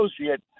associate